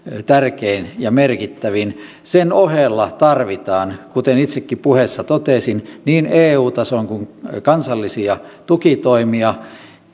tärkein ja merkittävin sen ohella tarvitaan kuten itsekin puheessa totesin niin eu tason kuin kansallisiakin tukitoimia